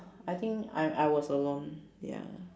I think I I was alone ya